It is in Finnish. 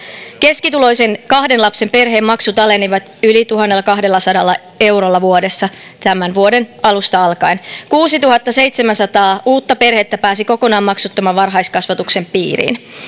keskituloisen kahden lapsen perheen maksut alenevat yli tuhannellakahdellasadalla eurolla vuodessa tämän vuoden alusta alkaen kuusituhattaseitsemänsataa uutta perhettä pääsi kokonaan maksuttoman varhaiskasvatuksen piiriin